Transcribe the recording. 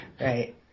Right